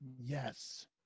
Yes